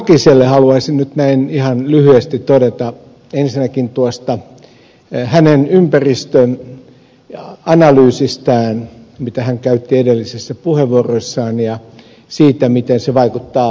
jokiselle haluaisin nyt näin ihan lyhyesti todeta ensinnäkin hänen ympäristöanalyysistään mitä hän käytti edellisissä puheenvuoroissaan puhuessaan siitä miten ympäristölainsäädäntö vaikuttaa elinkeinoon